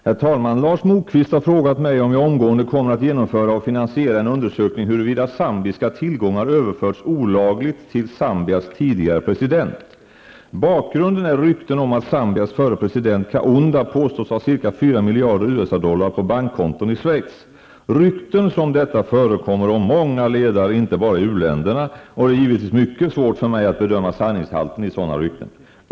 Herr talman! Lars Moquist har frågat mig om jag omgående kommer att genomföra och finansiera en undersökning huruvida zambiska tillgångar överförts olagligt till Zambias tidigare president. Bakgrunden är rykten om att Zambias förre president Kaunda påstås ha ca 4 miljarder US dollar på bankkonton i Schweiz. Rykten som detta förekommer om många ledare inte bara i uländerna, och det är givetvis mycket svårt för mig att bedöma sanningshalten i sådana rykten.